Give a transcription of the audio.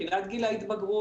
תחילת גיל ההתבגרות,